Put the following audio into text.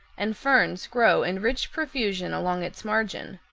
and ferns grow in rich profusion along its margin,